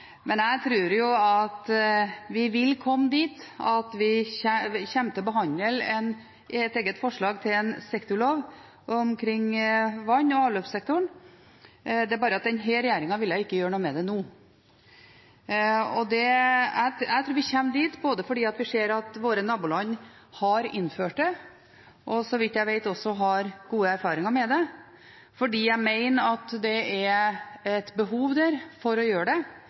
Men jeg tror at vi vil komme dit hen at vi kommer til å behandle et eget forslag til en sektorlov for vann- og avløpssektoren, det er bare slik at denne regjeringen ikke vil gjøre noe med det nå. Jeg tror vi kommer dit, både fordi vi ser at våre naboland har innført det – og så vidt jeg vet også har gode erfaringer med det – fordi jeg mener at det er behov for å gjøre det,